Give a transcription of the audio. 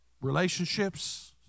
relationships